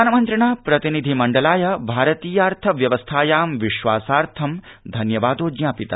प्रधानमन्त्रिणा प्रतिनिधि मण्डलाय भारतीयार्थ व्यवस्थायां विश्वासार्थं धन्यवादो ज्ञापित